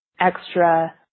extra